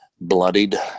bloodied